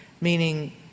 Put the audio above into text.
meaning —